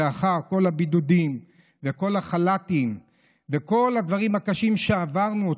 לאחר כל הבידודים וכל החל"תים וכל הדברים הקשים שעברנו,